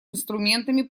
инструментами